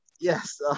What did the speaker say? yes